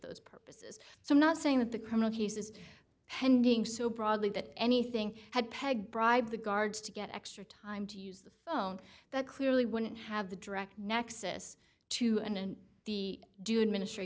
those purposes so i'm not saying that the criminal cases pending so broadly that anything had pegged bribe the guards to get extra time to use the phone that clearly wouldn't have the direct nexus to and the due administr